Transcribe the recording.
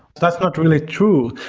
that's not really true.